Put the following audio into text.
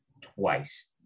twice